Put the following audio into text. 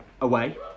Away